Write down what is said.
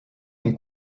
mon